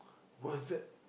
what's that